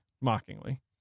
mockingly